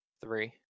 three